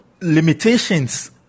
limitations